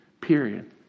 period